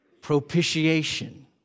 propitiation